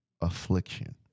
affliction